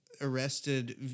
arrested